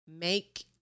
make